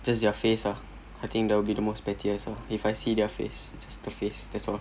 just your face ah I think that would be the most pettiest ah or if I see their face just the face that's all